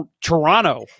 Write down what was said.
Toronto